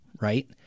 Right